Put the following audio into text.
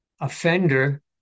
offender